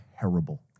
terrible